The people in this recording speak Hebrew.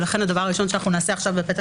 ולכן הדבר הראשון שאנחנו נעשה עכשיו בפתח